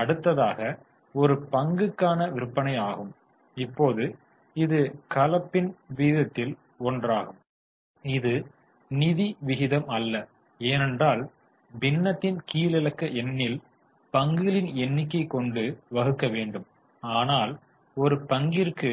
அடுத்ததாக ஒரு பங்குக்கான விற்பனையாகும் இப்போது இது கலப்பின விகிதத்தில் ஒன்றாகும் இது நிதி விகிதம் அல்ல ஏனென்றால் பின்னத்தின் கீழிலக்க எண்ணில் பங்குகளின் எண்ணிக்கை கொண்டு வகுக்க வேண்டும் ஆனால் ஒரு பங்கிற்கு